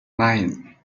nine